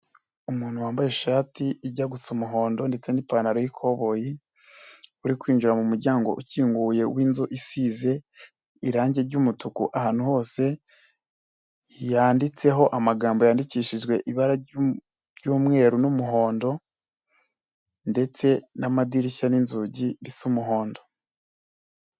Umuntu wambaye ishati ijya gu gusa umuhondo ndetse n'ipantaro y'ikoboyi, uri kwinjira mu muryango ukinguye w'inzu isize irangi ry'umutuku ahantu hose, yanditseho amagambo yandikishijwe ibara ry'umweru n'umuhondo ndetse n'amadirishya n'inzugi bisa umuhondo.